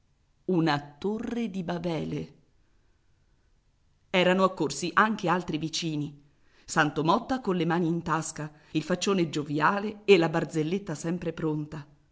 una torre di babele erano accorsi anche altri vicini santo motta colle mani in tasca il faccione gioviale e la barzelletta sempre pronta